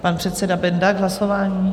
Pan předseda Benda k hlasování.